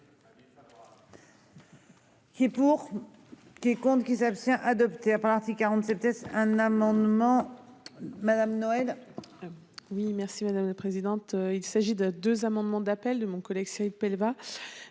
Qui compte qui s'abstient adopté à partie 47 c'était un amendement. Madame Noël. Oui merci madame la présidente. Il s'agit de deux amendements d'appel de mon collègue Saïd belva.